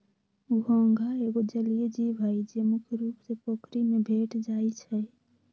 घोंघा एगो जलिये जीव हइ, जे मुख्य रुप से पोखरि में भेंट जाइ छै